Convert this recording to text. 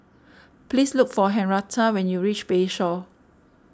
please look for Henretta when you reach Bayshore